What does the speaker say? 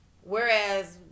whereas